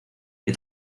que